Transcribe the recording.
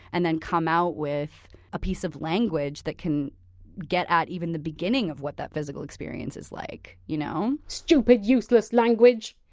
and then come out with a piece of language that can get at even the beginning of what that physical experience is like you know stupid useless language!